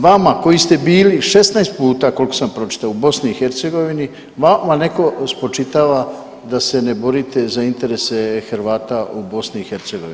Vama koji ste bili 16 puta, koliko sam pročitao, u BiH, vama netko spočitava da se ne borite za interese Hrvata u BiH.